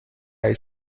رییس